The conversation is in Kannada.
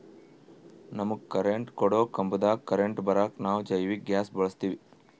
ನಮಗ ಕರೆಂಟ್ ಕೊಡೊ ಕಂಬದಾಗ್ ಕರೆಂಟ್ ಬರಾಕ್ ನಾವ್ ಜೈವಿಕ್ ಗ್ಯಾಸ್ ಬಳಸ್ತೀವಿ